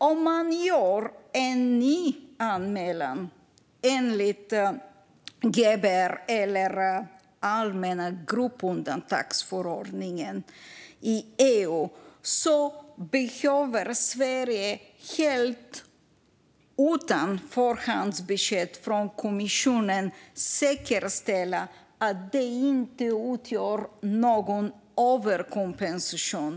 Om man gör en ny anmälan enligt den allmänna gruppundantagsförordningen, GBER, i EU behöver Sverige nämligen helt utan förhandsbesked från kommissionen säkerställa att det inte utgör någon överkompensation.